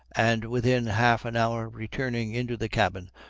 and within half an hour returning into the cabin,